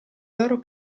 loro